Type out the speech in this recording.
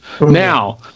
Now